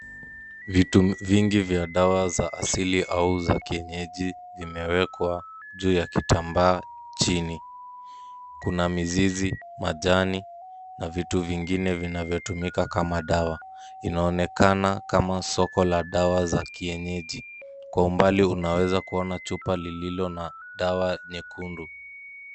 Vitu vingi vya dawa za asili au za kienyeji vimewekwa juu ya kitambaa chini. Kuna mizizi, majani na vitu vingine vinavyotumika kama dawa. Inaonekana kama soko la dawa za kienyeji. Kwa umbali unawezakuona chupa lililo na dawa nyekundu.